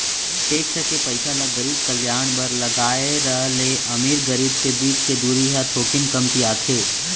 tax के पइसा ल गरीब कल्यान बर लगाए र ले अमीर गरीब के बीच के दूरी ह थोकिन कमतियाथे